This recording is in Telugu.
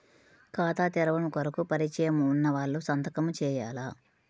ఖాతా తెరవడం కొరకు పరిచయము వున్నవాళ్లు సంతకము చేయాలా?